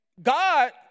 God